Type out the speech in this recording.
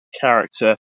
character